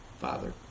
Father